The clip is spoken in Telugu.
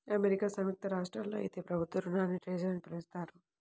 అమెరికా సంయుక్త రాష్ట్రాల్లో అయితే ప్రభుత్వ రుణాల్ని ట్రెజర్ అని పిలుస్తారు